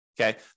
Okay